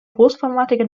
großformatige